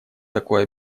такое